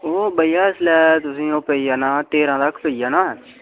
ओह् भैया इसलै तुसेंगी ओह् पेई जाना तेरां तक पेई जाना